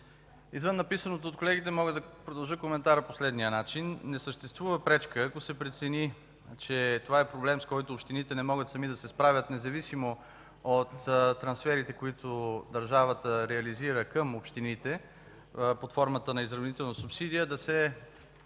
Извън написаното от колегите мога да продължа коментара по следния начин: не съществува пречка, ако се прецени, че това е проблем, с който общините не могат сами да се справят, независимо от трансферите, които държавата реализира към общините под формата на изравнителна субсидия, да се